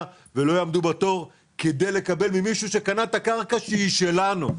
ולא יעמדו בתור כדי לקבל ממישהו שקנה את הקרקע שהיא שלנו.